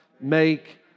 Make